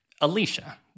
Alicia